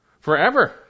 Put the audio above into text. Forever